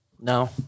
No